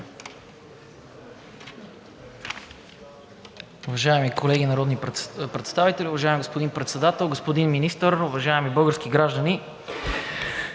Уважаеми колеги народни представители, уважаеми господин Председател, господин Министър, уважаеми български граждани!